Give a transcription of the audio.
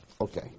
Okay